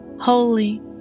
holy